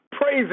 Praise